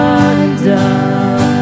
undone